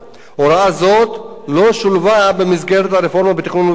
הוראה זו לא שולבה במסגרת הרפורמה בתכנון ובנייה,